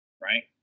right